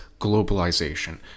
globalization